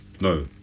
No